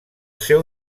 seu